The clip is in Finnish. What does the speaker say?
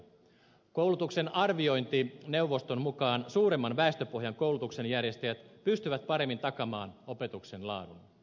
koulutuksen arviointineuvoston mukaan suuremman väestöpohjan koulutuksenjärjestäjät pystyvät paremmin takaamaan opetuksen laadun